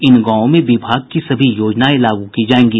इन गांवों में विभाग की सभी योजनाएं लागू की जायेंगे